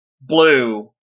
blue